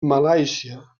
malàisia